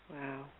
Wow